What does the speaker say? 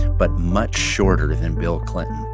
but much shorter than bill clinton.